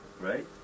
right